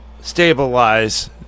stabilize